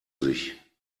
sich